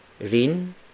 rin